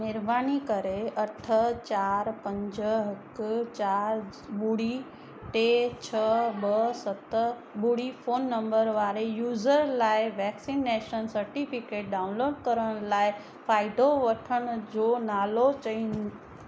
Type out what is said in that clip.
महिरबानी करे अठ चारि पंज हिकु चारि ॿुड़ी टे छह ॿ सत ॿुड़ी फोन नंबर वारे यूज़र लाइ वैक्सनेशन सर्टिफिकेट डाउनलोड करण लाइ फ़ाइदो वठण जो नालो चईं